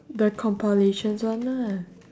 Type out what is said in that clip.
the compilations one lah